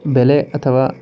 ಬೆಲೆ ಅಥವಾ